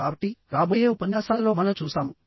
కాబట్టి రాబోయే ఉపన్యాసాలలో మనం చూస్తాము